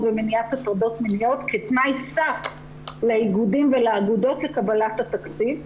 ומניעת הטרדות מיניות כתנאי סף לאיגודים ולאגודות לקבלת התקציב,